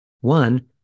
One